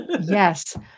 yes